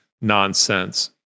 nonsense